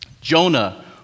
Jonah